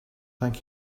thank